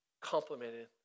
complimented